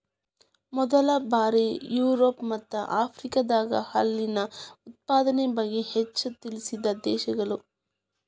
ಮೊದಲ ಬಾರಿ ಯುರೋಪ ಮತ್ತ ಆಫ್ರಿಕಾದಾಗ ಹಾಲಿನ ಉತ್ಪಾದನೆ ಬಗ್ಗೆ ಹೆಚ್ಚ ತಿಳಿಸಿದ ದೇಶಗಳು